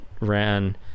ran